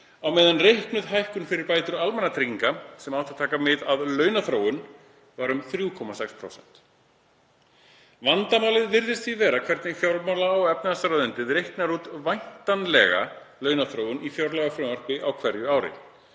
á meðan reiknuð hækkun fyrir bætur almannatrygginga, sem átti að taka mið af launaþróun, var um 3,6%. Vandamálið virðist því vera hvernig fjármála- og efnahagsráðuneytið reiknar út væntanlega launaþróun í fjárlagafrumvarpi á hverju ári.